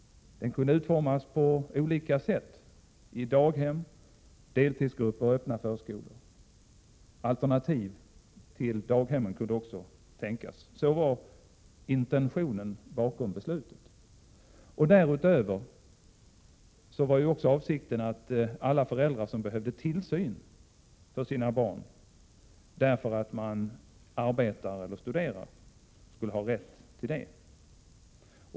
Den kunde utformas på olika sätt, i daghem, deltidsgrupper och öppen förskola. Alternativ till daghemmen kunde också tänkas. Så var intentionen bakom beslutet. Därutöver var avsikten också att alla föräldrar som behöver tillsyn för sina barn därför att man arbetar eller studerar skulle ha rätt till det.